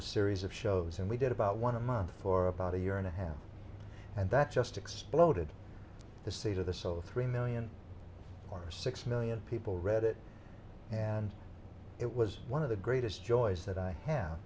a series of shows and we did about one a month for about a year and a half and that just exploded the state of the so three million or six million people read it and it was one of the greatest joys that i have